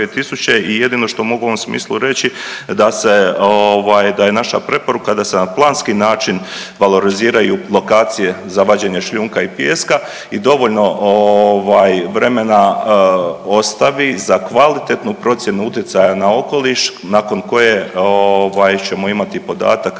i jednino što mogu u ovom smislu reći da se ovaj, da je naša preporuka da se na planski način valoriziraju lokacije za vađenje šljunka i pijeska i dovoljno ovaj vremena ostavi za kvalitetnu procjenu utjecaja na okoliš nakon koje ovaj ćemo imati podatak